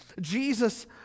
Jesus